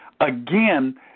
again